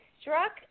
struck